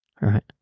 right